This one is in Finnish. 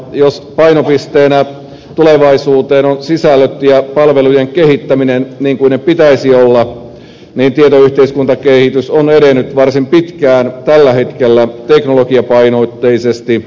jos painopisteenä tulevaisuuteen ovat sisällöt ja palvelujen kehittäminen niin kuin niiden pitäisi olla tietoyhteiskuntakehitys on edennyt varsin pitkään tällä hetkellä teknologiapainotteisesti